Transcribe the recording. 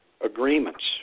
agreements